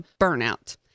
Burnout